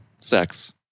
Sex